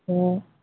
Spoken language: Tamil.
ஓ